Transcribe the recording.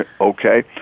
Okay